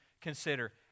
consider